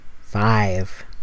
five